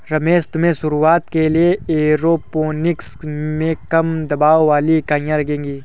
रमेश तुम्हें शुरुआत के लिए एरोपोनिक्स में कम दबाव वाली इकाइयां लगेगी